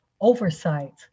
oversight